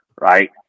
Right